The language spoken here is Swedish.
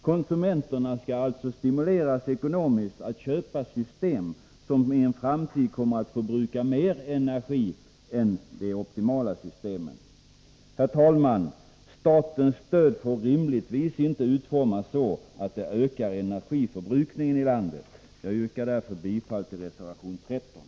Konsumenterna skall alltså stimuleras ekonomiskt att köpa system som i en framtid kommer att förbruka mer energi än de optimala systemen. Herr talman! Statens stöd får rimligtvis inte utformas så att det ökar energiförbrukningen i landet. Jag yrkar därför bifall till reservation 13.